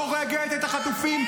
הורגת את החטופים.